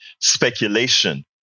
speculation